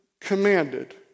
commanded